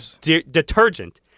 detergent